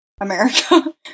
America